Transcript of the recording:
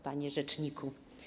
Panie Rzeczniku!